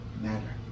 matter